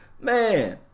man